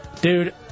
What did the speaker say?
Dude